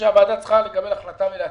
שהוועדה צריכה לקבל החלטה ולהצביע.